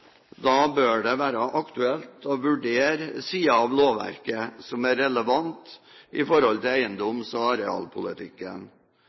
Da bør det være aktuelt å vurdere sider av lovverket som er relevant i forhold til